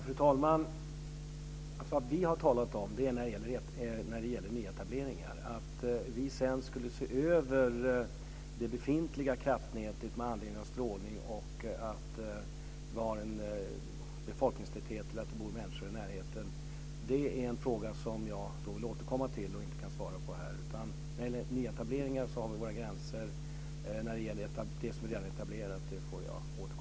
Fru talman! Vad vi har talat om när det gäller nyetableringar är att vi sedan skulle se över det befintliga kraftnätet med anledning av strålning och att vi har en befolkningstäthet eller att det bor människor i närheten. Det är en fråga som jag vill återkomma till och som jag inte kan svara på här. När det gäller nyetableringar har vi våra gränser. När det gäller det som redan är etablerat får jag återkomma.